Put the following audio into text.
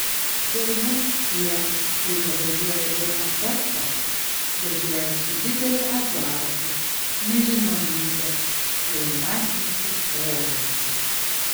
turbūt tie kurie važiuoja pirmą kartą važiuoja su dideliu azartu nežinomybe jaunatvišku polėkiu